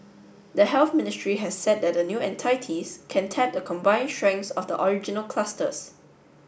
the Health Ministry has said that the new entities can tap the combined strengths of the original clusters